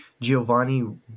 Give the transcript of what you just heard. Giovanni